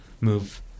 move